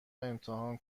امتحان